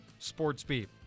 Sportsbeat